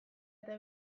eta